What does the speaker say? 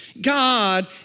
God